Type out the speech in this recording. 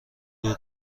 دور